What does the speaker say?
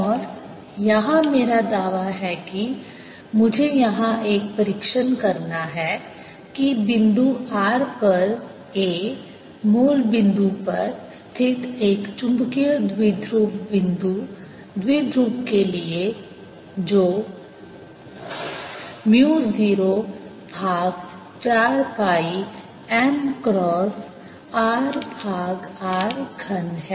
और यहाँ मेरा दावा है मुझे यहाँ एक परीक्षण करना है कि बिंदु r पर A मूल बिंदु पर स्थित एक चुंबकीय द्विध्रुव बिंदु द्विध्रुव के लिए जो म्यू 0 भाग 4 पाई m क्रॉस r भाग r घन है